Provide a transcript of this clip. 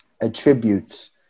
attributes